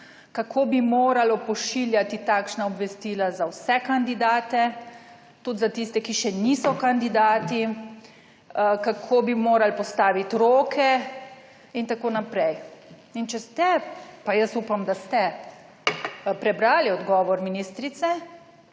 kako bi moralo pošiljati takšna obvestila za vse kandidate, tudi za tiste, ki še niso kandidati, kako bi morali postaviti roke, itn. In če ste, pa jaz upam, da ste prebrali odgovor ministrice,